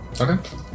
Okay